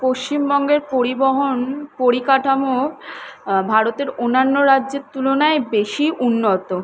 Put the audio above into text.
পশ্চিমবঙ্গের পরিবহন পরিকাঠামো ভারতের অন্যান্য রাজ্যের তুলনায় বেশি উন্নত